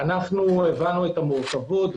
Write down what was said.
הבנו את המורכבות,